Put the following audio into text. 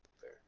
fair